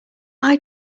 eye